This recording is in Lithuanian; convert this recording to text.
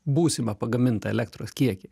būsimą pagamintą elektros kiekį